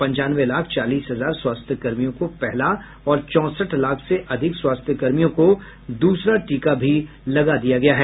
पंचानवे लाख चालीस हजार स्वास्थ्य कर्मियों को पहला और चौंसठ लाख से अधिक स्वास्थ्य कर्मियों को दूसरा टीका भी लगा दिया गया है